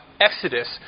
Exodus